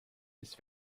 his